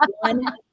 one